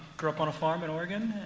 grew up on a farm in oregon